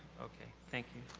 okay, thank you.